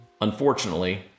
Unfortunately